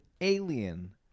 alien